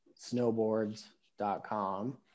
snowboards.com